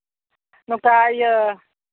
ᱱᱚᱝᱠᱟ ᱤᱭᱟᱹ